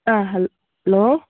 ꯑꯥ hello